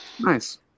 Nice